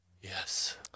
Yes